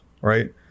right